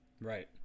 right